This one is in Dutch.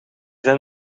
zijn